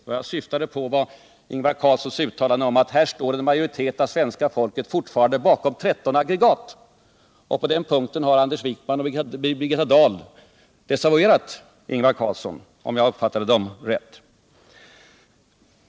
Vad jag syftade på var Ingvar Carlssons uttalande om att här står en majoritet av svenska folket fortfarande bakom 13 aggregat. På den punkten har Anders Wijkman och Birgitta Dahl desavuerat honom, om jag uppfattade dem rätt.